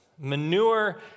Manure